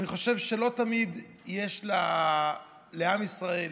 ואני חושב שלא תמיד יש לעם ישראל,